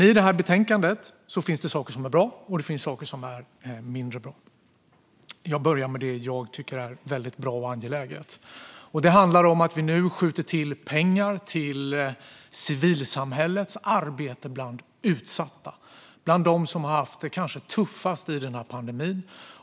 I det här betänkandet finns det saker som är bra, och det finns saker som är mindre bra. Jag börjar med det jag tycker är väldigt bra och angeläget, och det handlar om att vi nu skjuter till pengar till civilsamhällets arbete bland utsatta och bland dem som har haft det kanske tuffast i den här pandemin.